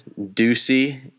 Ducey